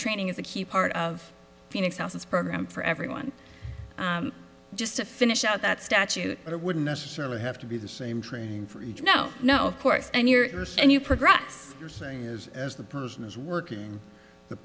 training is a key part of phoenix house program for everyone just to finish out that statute but it wouldn't necessarily have to be the same training for each no no of course and you're and you progress you're saying is as the person is working the